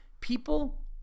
people